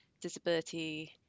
disability